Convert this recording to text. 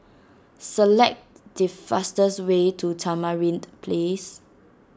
select the fastest way to Tamarind Place